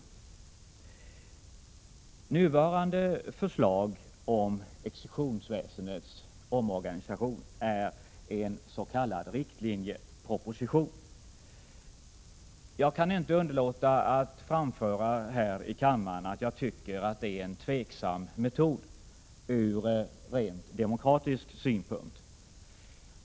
Föreliggande förslag om exekutionsväsendets omorganisation är en s.k. riktlinjeproposition. Jag kan inte underlåta att här i kammaren framföra att jag anser detta vara en tvivelaktig metod ur rent demokratisk synpunkt.